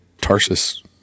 Tarsus